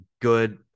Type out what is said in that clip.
Good